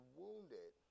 wounded